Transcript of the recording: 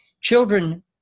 children